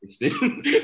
interesting